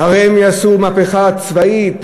הרי הם יעשו מהפכה צבאית,